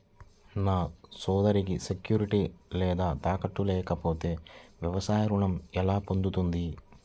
నా సోదరికి సెక్యూరిటీ లేదా తాకట్టు లేకపోతే వ్యవసాయ రుణం ఎలా పొందుతుంది?